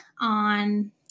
on